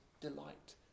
delight